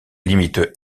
limite